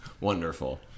Wonderful